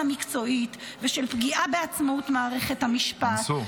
מקצועית ושל פגיעה בעצמאות מערכת המשפט,